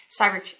cyber